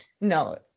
no